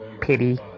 pity